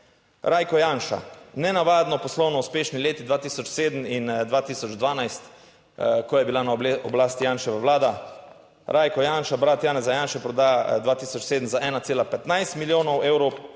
Rajko Janša. Nenavadno poslovno uspešni leti 2007 in 2012, ko je bila na oblasti Janševa vlada. Rajko Janša, brat Janeza Janše proda 2007 za 1,15 milijonov evrov